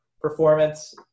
performance